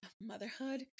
motherhood